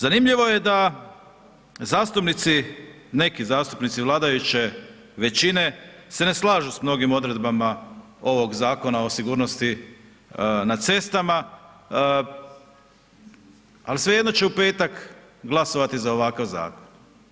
Zanimljivo je da zastupnici, neki zastupnici vladajuće većine se ne slažu s mnogim odredbama ovog Zakona o sigurnosti na cestama, ali svejedno će u petak glasovati za ovakav zakon.